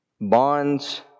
Bonds